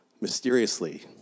mysteriously